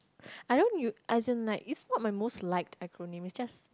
I don't you as in like it's not my most liked acronym it's just